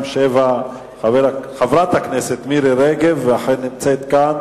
לפני שנתיים נוצר זן חדש של נגיף מחלת "כחול